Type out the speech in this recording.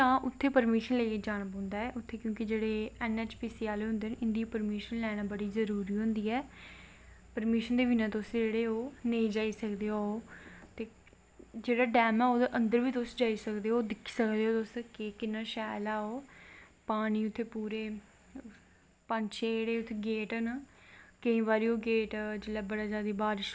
बड़ा शैल तुस जाई नी सिध्दड़ा आह्ली साईड उप्पर दजाइयै इन्नी शांती मिलदी तुआढ़े दिन च शांती सकून लब्भदा ऐ बाला जी दे मन्दर बाला जी बी शिव जी दै रूम ऐ उत्थें बाला जी दा मन्दर ऐ बिशनू जी ऐ उद्दर जाओ तुस परिकरमां लो उत्थै मिट्ठा परशाद मिलदा ऐ खीर